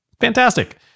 fantastic